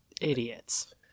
Idiots